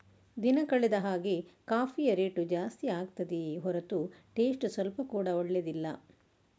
ದಿನ ಕಳೆದ ಹಾಗೇ ಕಾಫಿಯ ರೇಟು ಜಾಸ್ತಿ ಆಗ್ತಿದೆಯೇ ಹೊರತು ಟೇಸ್ಟ್ ಸ್ವಲ್ಪ ಕೂಡಾ ಒಳ್ಳೇದಿಲ್ಲ